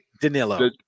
Danilo